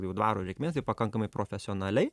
jau dvaro reikmėms tai pakankamai profesionaliai